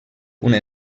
una